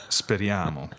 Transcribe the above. speriamo